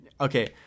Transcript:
okay